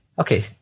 Okay